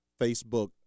Facebook